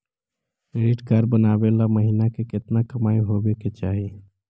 Credit card बनबाबे ल महीना के केतना कमाइ होबे के चाही?